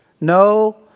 no